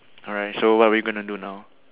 alright so what are we gonna do now